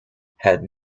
had